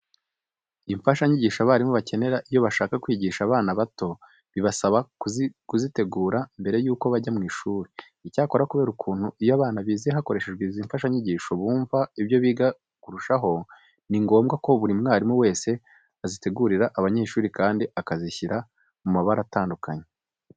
Imfashanyigisho abarimu bakenera iyo bashaka kwigisha abana bato bibasaba kuzitegura mbere yuko bajya mu ishuri. Icyakora kubera ukuntu iyo abana bize hakoreshejwe izi mfashanyigisho bumva ibyo biga kurushaho, ni ngombwa ko buri mwarimu wese azitegurira abanyeshuri kandi akazishyira mu mabara atandukanye.